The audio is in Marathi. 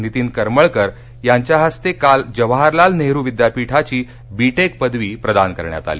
नितीन करमळकर यांच्या हस्ते काल जवाहरलाल नेहरू विद्यापीठाची बीटेक पदवी प्रदान करण्यात आली